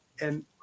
And-